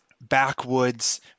backwoods